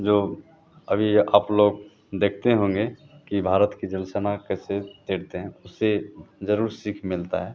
जो अभी आप लोग देखते होंगे कि भारत की जल सेना कैसे तैरती है उससे ज़रूर सीख मिलता है